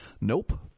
Nope